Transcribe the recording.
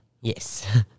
Yes